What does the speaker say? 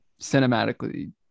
cinematically